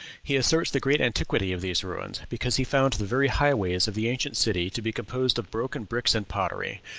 he asserts the great antiquity of these ruins, because he found the very highways of the ancient city to be composed of broken bricks and pottery,